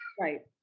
Right